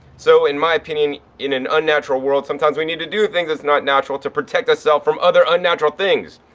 so in my opinion, in an unnatural world sometimes we need to do things that's not natural to protect ourself from other unnatural things.